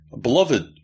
Beloved